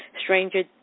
Stranger